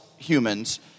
Humans